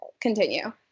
continue